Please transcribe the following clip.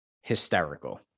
hysterical